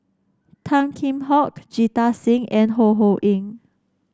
Tan Kheam Hock Jita Singh and Ho Ho Ying